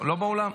הוא מוותר.